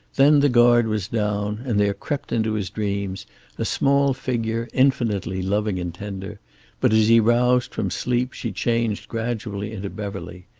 then the guard was down, and there crept into his dreams a small figure, infinitely loving and tender but as he roused from sleep she changed gradually into beverly.